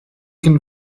can